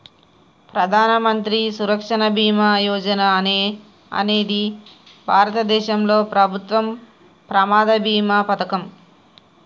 ప్రధాన మంత్రి సురక్ష బీమా యోజన అనేది భారతదేశంలో ప్రభుత్వం ప్రమాద బీమా పథకం